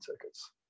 tickets